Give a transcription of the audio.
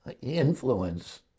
influence